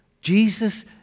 Jesus